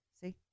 See